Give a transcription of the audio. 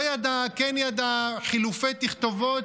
לא ידעה, כן ידעה, חילופי תכתובות,